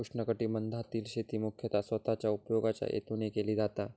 उष्णकटिबंधातील शेती मुख्यतः स्वतःच्या उपयोगाच्या हेतून केली जाता